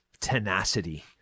tenacity